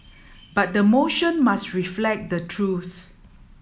but the motion must reflect the truth